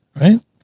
right